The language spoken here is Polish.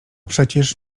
przecież